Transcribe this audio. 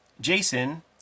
Jason